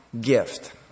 gift